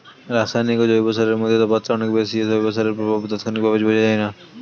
রাসায়নিক ও জৈব সারের মধ্যে তফাৎটা অনেক বেশি ও জৈব সারের প্রভাব তাৎক্ষণিকভাবে বোঝা যায়না